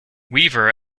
weaver